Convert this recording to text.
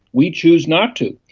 we choose not to.